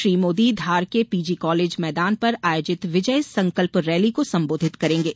श्री मोदी धार के PG college मैदान पर आयोजित विजय संकल्प रैली को संबोधित करेंगे